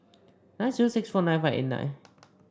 nine zero six four nine five eight nine